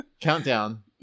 countdown